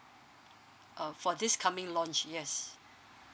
uh for this coming launch yes